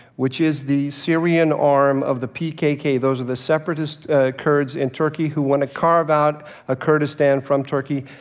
which is the syrian arm of the pkk those are the separatist kurds in turkey who want to carve out a kurdistan from turkey.